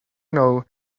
know